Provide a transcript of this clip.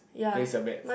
place your bets